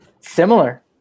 Similar